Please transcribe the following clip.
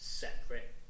separate